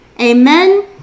amen